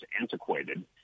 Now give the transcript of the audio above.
antiquated